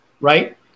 right